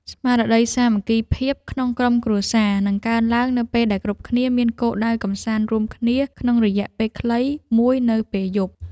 ស្មារតីសាមគ្គីភាពក្នុងក្រុមគ្រួសារនឹងកើនឡើងនៅពេលដែលគ្រប់គ្នាមានគោលដៅកម្សាន្តរួមគ្នាក្នុងរយៈពេលខ្លីមួយនៅពេលយប់។